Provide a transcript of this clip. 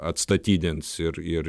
atstatydins ir ir